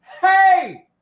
hey